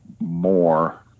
more